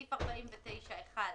סעיף 49ג(1)